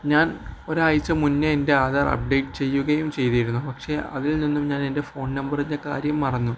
ഞാൻ ഒരാഴ്ച മുന്നേ എൻ്റെ ആധാർ അപ്ഡേറ്റ് ചെയ്യുകയും ചെയ്തിരുന്നു പക്ഷെ അതിൽ നിന്നും ഞാൻ എൻ്റെ ഫോൺ നമ്പറിൻ്റെ കാര്യം മറന്നു